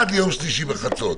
עד ליום שלישי בחצות,